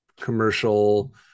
commercial